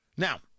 Now